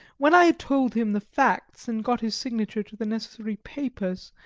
when i had told him the facts and got his signature to the necessary papers,